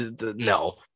no